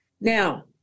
Now